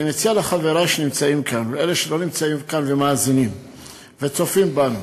אני מציע לחברי שנמצאים כאן ולאלה שלא נמצאים כאן וצופים בנו: